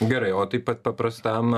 gerai o tai pat paprastam